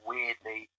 weirdly